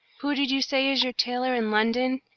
who did you say is your tailor in london,